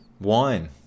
wine